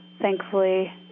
thankfully